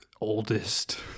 oldest